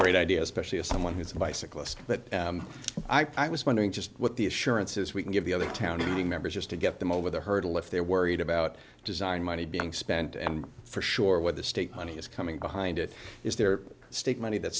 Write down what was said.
great idea especially as someone who's a bicyclist but i was wondering just what the assurances we can give the other town meeting members just to get them over the hurdle if they're worried about design money being spent and for sure what the state money is coming behind it is their state money that